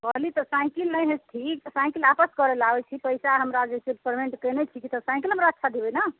कहली तऽ साइकिल नहि है ठीक साइकिल वापस करै लऽ आबै छी पैसा हमरा जे छै से पेमेंट केने छी साइकिल हमरा अच्छा देबै ने